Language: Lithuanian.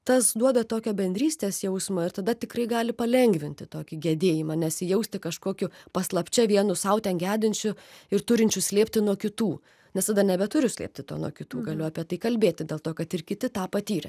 tas duoda tokio bendrystės jausmo ir tada tikrai gali palengvinti tokį gedėjimą nesijausti kažkokiu paslapčia vienu sau ten gedinčiu ir turinčiu slėpti nuo kitų nes tada nebeturiu slėpti to nuo kitų galiu apie tai kalbėti dėl to kad ir kiti tą patyrė